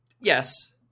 yes